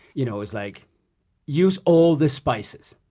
you know it was like use all the spices.